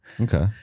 Okay